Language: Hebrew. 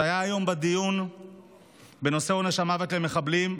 שהיה היום בדיון בנושא עונש מוות למחבלים,